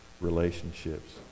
relationships